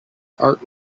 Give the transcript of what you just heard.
heart